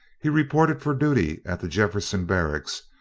he reported for duty at the jefferson barracks,